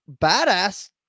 badass